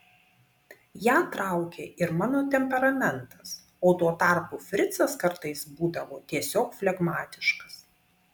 ją traukė ir mano temperamentas o tuo tarpu fricas kartais būdavo tiesiog flegmatiškas